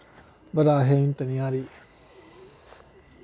पर असें हिम्मत निं हारी